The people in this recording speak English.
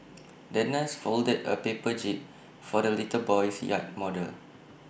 the nurse folded A paper jib for the little boy's yacht model